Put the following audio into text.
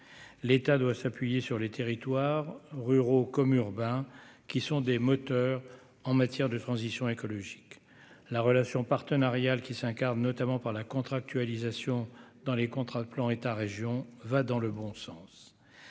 l'État doit s'appuyer sur les territoires ruraux comme urbains qui sont des moteurs en matière de transition écologique la relation partenariale qui s'incarne notamment par la contractualisation dans les contrats de plan État Région va dans le bon sens,